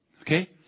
Okay